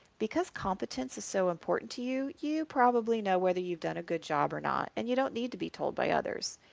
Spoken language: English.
because competence is so important to you, you probably know whether you've done a good job or not and don't need to be told by others.